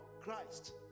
Christ